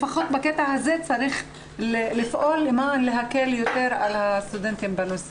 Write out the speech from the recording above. לפחות כאן צריך לפעול כדי להקל יותר על הסטודנטים.